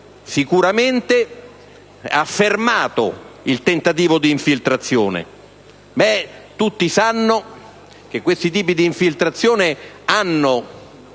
sicuramente fermato il tentativo di infiltrazione. Tutti sanno che questi tipi di infiltrazione hanno